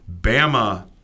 Bama